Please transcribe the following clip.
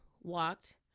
walked